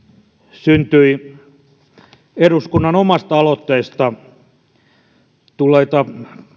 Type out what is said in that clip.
syntyi eduskunnan omasta aloitteesta tulleita